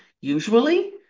Usually